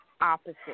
Opposite